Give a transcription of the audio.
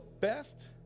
best